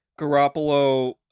Garoppolo